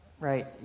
right